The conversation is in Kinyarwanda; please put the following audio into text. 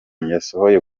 yashoboye